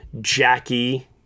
Jackie